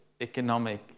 economic